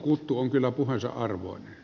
kuttu on kyllä puheensa arvoinen